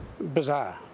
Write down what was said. Bizarre